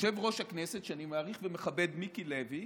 יושב-ראש הכנסת, שאני מעריך ומכבד, מיקי לוי,